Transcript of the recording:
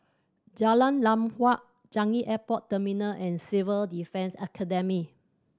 Jalan Lam Huat Changi Airport Terminal and Civil Defence Academy